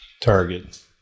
target